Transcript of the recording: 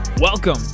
Welcome